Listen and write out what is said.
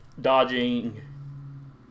dodging